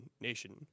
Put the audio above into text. nation